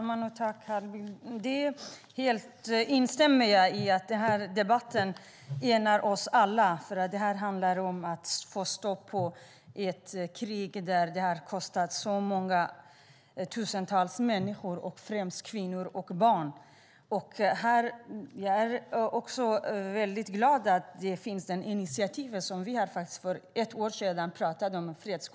Fru talman! Jag instämmer i att den här debatten enar oss alla, för det handlar om att få stopp på ett krig som kostat många tusen människor livet, främst kvinnor och barn. Jag är glad att det finns ett initiativ om en fredskonferens. För ett år sedan talade vi om det.